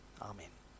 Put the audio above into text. Amen